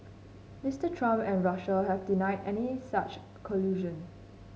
Mister Trump and Russia have denied any such collusion